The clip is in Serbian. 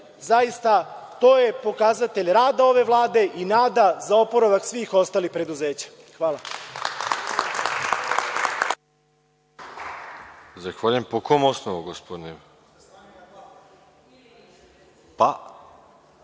zaista to je pokazatelj rada ove Vlade i nada za oporavak svih ostalih preduzeća. Hvala.